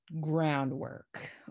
groundwork